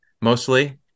Mostly